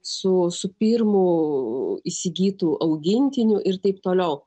su su pirmu įsigytu augintiniu ir taip toliau